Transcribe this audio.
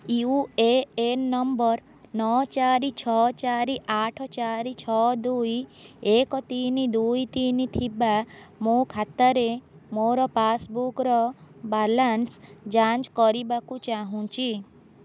you A N number ନଅ ଚାରି ଛଅ ଚାରି ଆଠ ଚାରି ଛଅ ଦୁଇ ଏକ ତିନି ଦୁଇ ତିନି ଥିବା ମୋ ଖାତାରେ ମୋର ପାସ୍ବୁକ୍ର ବାଲାନ୍ସ୍ ଯାଞ୍ଚ କରିବାକୁ ଚାହୁଁଛି